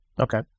Okay